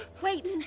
wait